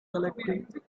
collecting